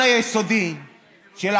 לשיטתך, תמכת בזה בפעם הקודמת בגלל, לא.